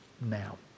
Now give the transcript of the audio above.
now